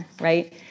right